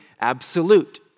absolute